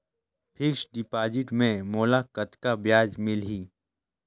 Fixed deposit मे मोला कतका ब्याज मिलही?